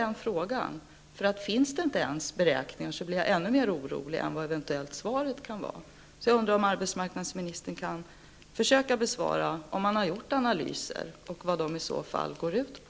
Jag blir ännu mer orolig om det inte finns några beräkningar än över vad svaret eventuellt kan vara. Jag undrar om arbetsmarknadsministern kan försöka besvara frågan om man har gjort analyser och vad de i så fall går ut på.